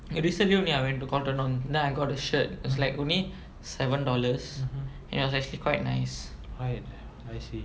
ya recently only I went to cotton on then I got the shirt is like only seven dollars and it was actually quite nice